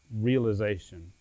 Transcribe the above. realization